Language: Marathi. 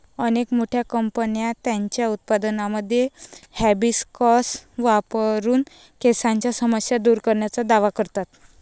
अनेक मोठ्या कंपन्या त्यांच्या उत्पादनांमध्ये हिबिस्कस वापरून केसांच्या समस्या दूर करण्याचा दावा करतात